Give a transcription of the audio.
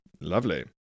Lovely